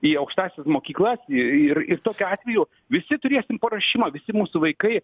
į aukštąsias mokyklas i ir ir tokiu atveju visi turėsim paruošimą visi mūsų vaikai